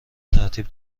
ترتیب